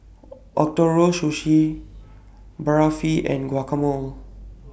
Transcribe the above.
Ootoro Sushi Barfi and Guacamole